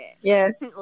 Yes